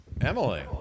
Emily